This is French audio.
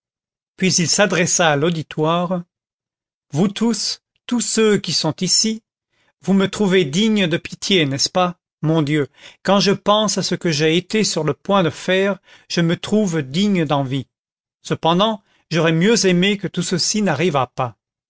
puis il s'adressa à l'auditoire vous tous tous ceux qui sont ici vous me trouvez digne de pitié n'est-ce pas mon dieu quand je pense à ce que j'ai été sur le point de faire je me trouve digne d'envie cependant j'aurais mieux aimé que tout ceci n'arrivât pas